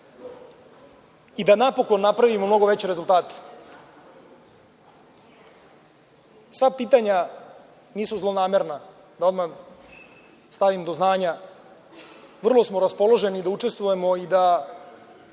i da napokon napravimo mnogo veće rezultate. Sva pitanja nisu zlonamerna, da odmah stavim do znanja. Vrlo smo raspoloženi da učestvujemo i da